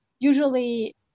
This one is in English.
usually